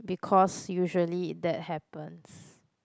because usually if that happens